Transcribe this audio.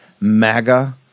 MAGA